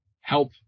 help